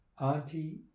Auntie